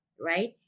right